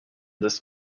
this